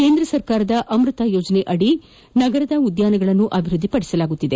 ಕೇಂದ್ರ ಸರ್ಕಾರದ ಅಮೃತ ಯೋಜನೆಯಡಿ ನಗರದ ಉದ್ಯಾನವನಗಳನ್ನು ಅಭಿವೃದ್ದಿಪಡಿಸಲಾಗುತ್ತಿದೆ